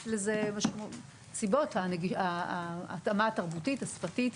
יש לזה סיבות: ההתאמה התרבותית והשפתית,